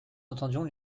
entendions